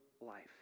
life